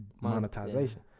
monetization